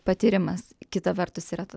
patyrimas kita vertus yra